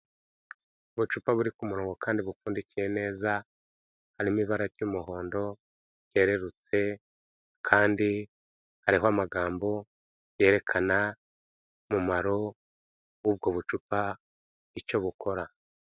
Ubucupa buri ku murongo kandi bupfundikiye neza, harimo ibara ry'umuhondo ryererutse kandi hariho amagambo yerekana umumaro w'ubwo bucupa, icyo bukora.